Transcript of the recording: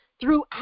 throughout